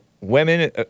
women